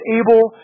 able